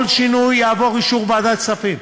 כל שינוי יעבור אישור ועדת כספים.